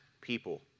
people